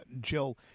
Jill